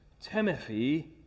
Timothy